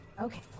Okay